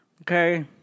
okay